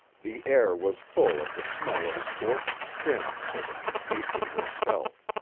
the air was full of the smell of scorched skin so that she tasted it herself.